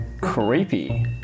creepy